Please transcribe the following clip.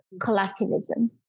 collectivism